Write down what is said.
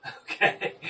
okay